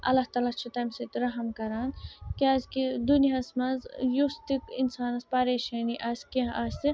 اللہ تعالیٰ چھُ تَمہِ سۭتۍ رحم کرَان کیٛازِکہِ دُنیاہَس منٛز ٲں یۄس تہِ اِنسانَس پریشٲنی آسہِ کیٚنٛہہ آسہِ